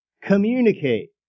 communicate